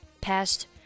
passed